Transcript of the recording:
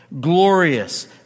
glorious